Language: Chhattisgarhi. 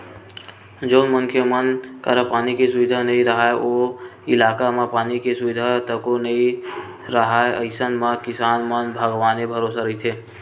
जउन मनखे मन करा पानी के सुबिधा नइ राहय ओ इलाका म पानी के सुबिधा तको नइ राहय अइसन म किसान मन भगवाने भरोसा रहिथे